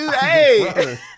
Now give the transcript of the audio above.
hey